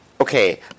okay